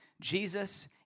Jesus